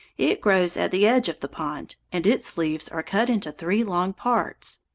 it grows at the edge of the pond, and its leaves are cut into three long parts.